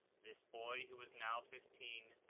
this boy, who was now fifteen,